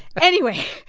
anyway